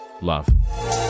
Love